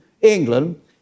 England